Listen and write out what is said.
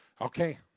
Okay